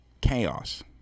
chaos